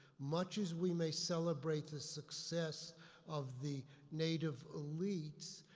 much as we may celebrate the success of the native elites.